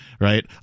right